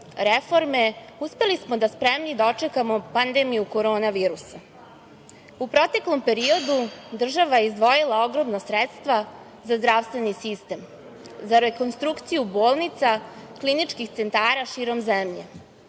reforme, uspeli smo da spremni dočekamo pandemiju korona virusa.U proteklom periodu država je izdvojila ogromna sredstva za zdravstveni sistem, za rekonstrukciju bolnica, kliničkih centara širom zemlje,